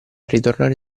ritornare